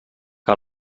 que